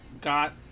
got